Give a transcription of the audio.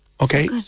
Okay